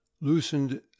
loosened